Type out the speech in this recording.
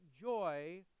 joy